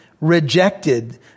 rejected